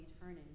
turning